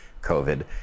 COVID